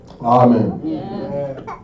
Amen